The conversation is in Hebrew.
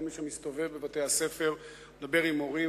כל מי שמסתובב בבתי-ספר ומדבר עם הורים